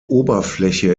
oberfläche